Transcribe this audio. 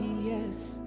yes